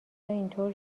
اینطور